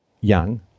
young